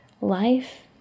life